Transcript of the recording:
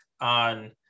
on